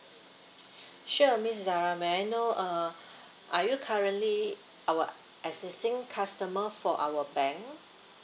sure miss zara may I know uh are you currently our existing customer for our bank